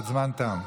הזמן תם.